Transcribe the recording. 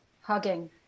hugging